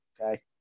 Okay